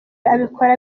abikora